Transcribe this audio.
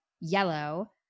yellow